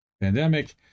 pandemic